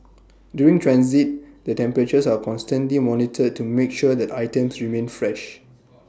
during transit their temperatures are constantly monitored to make sure that items remain fresh